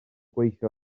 gweithio